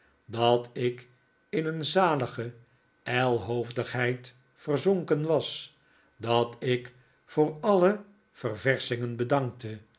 dat ik in een zalige ijlhoofdigheid verzonken was dat ik voor alle ververschingen bedankte